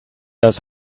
das